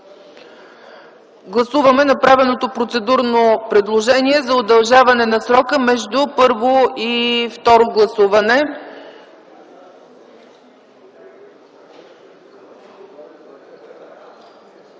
Гласуваме направеното процедурно предложение за удължаване на срока между първо и второ гласуване.